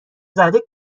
زده